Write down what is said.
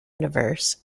universe